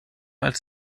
als